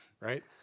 right